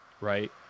right